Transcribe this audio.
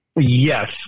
Yes